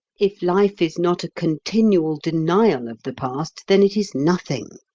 if life is not a continual denial of the past, then it is nothing.